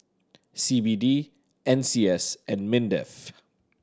C B D N C S and MINDEF